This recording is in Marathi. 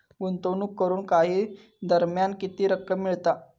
गुंतवणूक करून काही दरम्यान किती रक्कम मिळता?